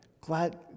Glad